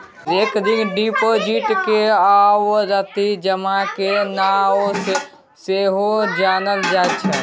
recurring deposit केँ आवर्ती जमा केर नाओ सँ सेहो जानल जाइ छै